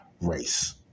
race